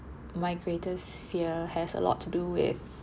my greatest fear has a lot to do with